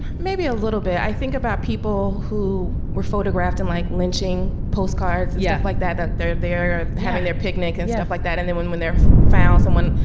maybe a little bit. i think about people who were photographed and like lynching postcard yeah. like that, that they're they're ah having their picnic and stuff like that. and then when when they're found someone,